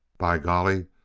by golly,